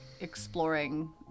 exploring